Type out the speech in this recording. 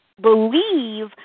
believe